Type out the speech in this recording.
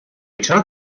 چرا